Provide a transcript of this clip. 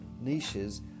niches